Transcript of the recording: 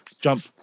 jump